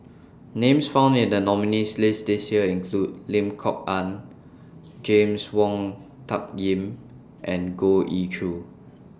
Names found in The nominees' list This Year include Lim Kok Ann James Wong Tuck Yim and Goh Ee Choo